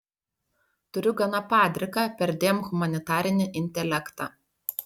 turiu gana padriką perdėm humanitarinį intelektą